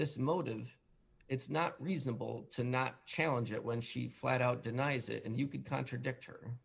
this motive it's not reasonable to not challenge it when she flat out denies it and you could contradict her